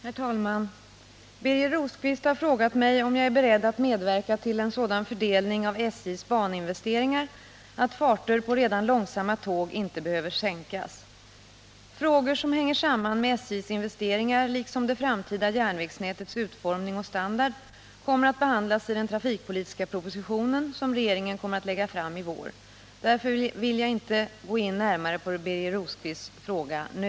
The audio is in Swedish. Herr talman! Birger Rosqvist har frågat mig om jag är beredd att medverka till en sådan fördelning av SJ:s baninvesteringar att farter på redan långsamma tåg inte behöver sänkas. Frågor som hänger samman med SJ:s investeringar liksom det framtida järnvägsnätets utformning och standard kommer att behandlas i den trafikpolitiska proposition som regeringen kommer att lägga fram i vår. Därför vill jag inte gå in närmare på Birger Rosqvists fråga nu.